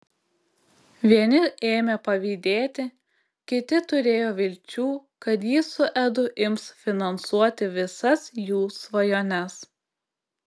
vieni ėmė pavydėti kiti turėjo vilčių kad ji su edu ims finansuoti visas jų svajones